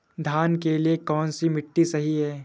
धान के लिए कौन सी मिट्टी सही है?